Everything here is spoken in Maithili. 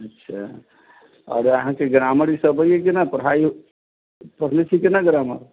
अच्छा और अहाँके ग्रामर ईसब अबैया की नहि पढ़ाइ पढ़ले छी की न ग्रामर